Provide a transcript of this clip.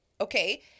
Okay